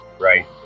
right